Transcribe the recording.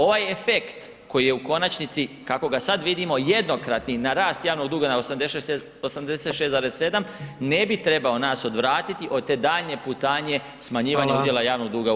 Ovaj efekt koji je u konačnici kako ga sad vidimo jednokratni na rast javnog duga na 86,7 ne bi trebao nas odvratiti od te daljnje putanje smanjivanja udjela javnog duga u BDP-u.